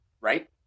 right